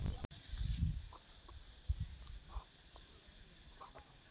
వ్యవసాయ మార్కెటింగ్ వ్యవసాయ ఉత్పత్తులను నేరుగా మార్కెట్లో అమ్మడానికి మరియు నిల్వ చేసుకోవడానికి ఉపయోగపడుతాది